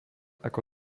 ako